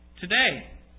Today